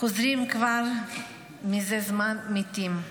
חוזרים כבר מזה זמן מתים.